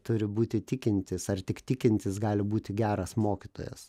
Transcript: turi būti tikintis ar tik tikintis gali būti geras mokytojas